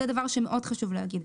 זה דבר שחשוב מאוד להגיד.